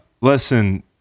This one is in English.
Listen